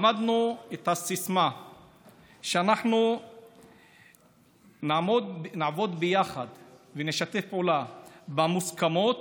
למדנו את הסיסמה שאנחנו נעבוד ביחד ונשתף פעולה במוסכמות,